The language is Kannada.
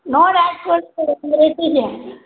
ನೋಡಿ ಹಾಕ್ ಕೊಡಿರಿ ಒಂದು ರೇಟಿಗೆ